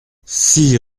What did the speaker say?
six